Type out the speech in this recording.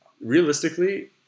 Realistically